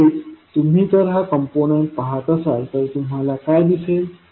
तसेच तुम्ही जर हा कंपोनेंट पाहत असाल तर तुम्हाला काय दिसेल